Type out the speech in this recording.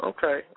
Okay